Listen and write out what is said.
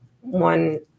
one